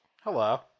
Hello